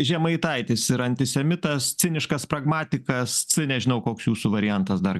žemaitaitis yra antisemitas ciniškas pragmatikas nežinau koks jūsų variantas dar